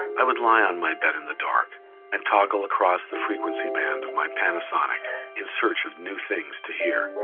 i would lie on my bed in the dark and toggle across the frequency band of my panasonic in search of new things to hear